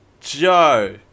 Joe